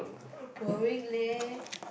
boring leh